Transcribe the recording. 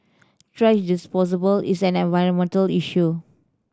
thrash disposal is an environmental issue